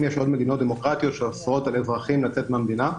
יש עוד מדינות דמוקרטיות שאוסרות על אזרחים לצאת מהמדינה.